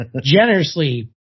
generously